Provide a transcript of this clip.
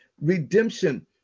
redemption